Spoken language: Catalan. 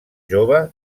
jove